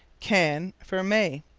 can for may.